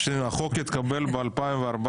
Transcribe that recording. כשהחוק התקבל ב-2014,